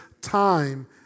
time